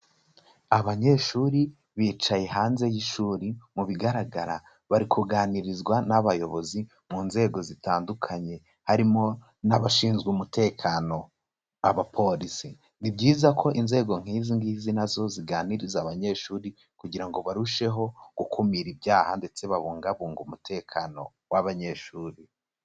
Abanyeshuri bicaye hanze y'ishuri mu bigaragara bari kuganirizwa n'abayobozi mu nzego zitandukanye, harimo n'abashinzwe umutekano abapolisi, ni byiza ko inzego nk'izi ngizi na zo ziganiriza abanyeshuri kugira ngo barusheho gukumira ibyaha ndetse babungabunge umutekano w'abanyeshuri.